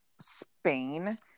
Spain